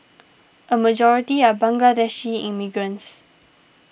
a majority are Bangladeshi immigrants